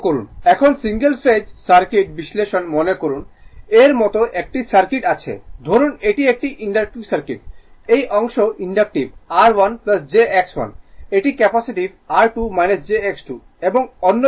এখন single phase circuit বিশ্লেষণ মনে করুন এর মত একটি সার্কিট আছে ধরুন এটি একটি ইনডাকটিভ সার্কিট এই অংশ ইনডাকটিভ R1 jX1 এটি ক্যাপাসিটিভ R2 jX2 এবং অন্য জিনিস যে R3